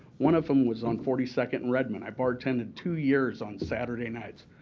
one of them was on forty second and redmond. i bar tended two years on saturday nights.